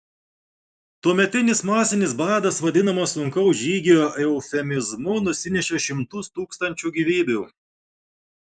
tuometinis masinis badas vadinamas sunkaus žygio eufemizmu nusinešė šimtus tūkstančių gyvybių